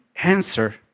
answer